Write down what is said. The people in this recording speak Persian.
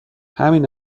همین